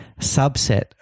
subset